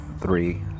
three